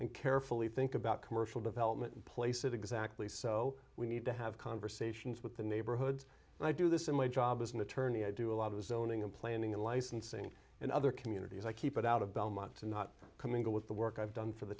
and carefully think about commercial development and place it exactly so we need to have conversations with the neighborhoods and i do this in my job as an attorney i do a lot of zoning and planning and licensing and other communities i keep it out of belmont and not coming up with the work i've done for the